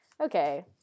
Okay